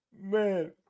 Man